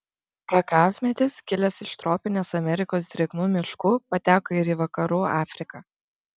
kakavmedis kilęs iš tropinės amerikos drėgnų miškų pateko ir į vakarų afriką